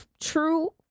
true